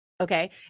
Okay